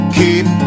keep